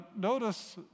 notice